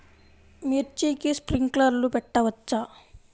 మిర్చికి స్ప్రింక్లర్లు పెట్టవచ్చా?